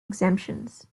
exemptions